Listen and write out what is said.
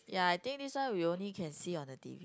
ya I think this one we can only see on the T_V